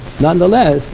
nonetheless